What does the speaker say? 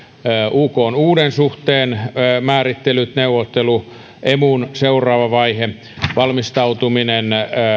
ukn uuden suhteen määrittelyn neuvottelu emun seuraava vaihe valmistautuminen